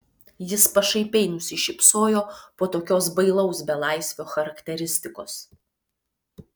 jis pašaipiai nusišypsojo po tokios bailaus belaisvio charakteristikos